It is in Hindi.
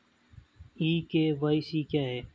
ई के.वाई.सी क्या है?